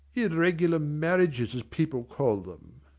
irregular marriages, as people call them!